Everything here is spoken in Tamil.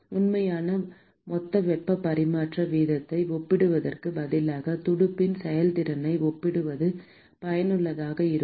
உண்மையான மொத்த வெப்பப் பரிமாற்ற வீதத்தை ஒப்பிடுவதற்குப் பதிலாக துடுப்பின் செயல்திறனை ஒப்பிடுவது பயனுள்ளதாக இருக்கும்